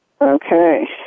Okay